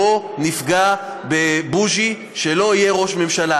בואו נפגע בבוז'י שלא יהיה ראש ממשלה,